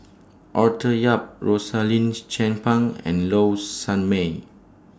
Arthur Yap Rosaline Chan Pang and Low Sanmay